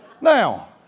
Now